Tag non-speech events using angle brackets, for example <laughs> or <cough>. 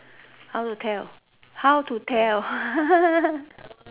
how to tell how to tell <laughs>